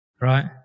right